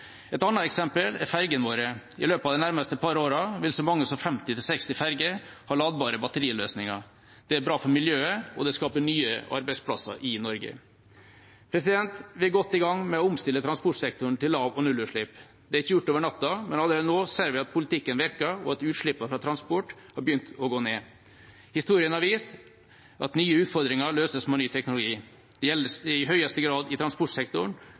Et annet eksempel er ferjene våre. I løpet av de nærmeste par årene vil så mange som 50 til 60 ferjer ha ladbare batteriløsninger. Det er bra for miljøet, og det skaper nye arbeidsplasser i Norge. Vi er godt i gang med å omstille transportsektoren til lav- og nullutslipp. Det er ikke gjort over natta, men allerede nå ser vi at politikken virker, og at utslippene fra transport har begynt å gå ned. Historien har vist at nye utfordringer løses med ny teknologi. Det gjelder i høyeste grad i transportsektoren,